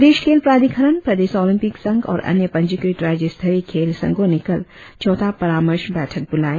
प्रदेश खेल प्राधिकरण प्रदेश ओलॉम्पिक संघ और अन्य पंजीकृत राज्य स्तरीय खेल संघो ने कल चौथा परामर्श बैठक बुलाया